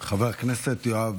חבר הכנסת יואב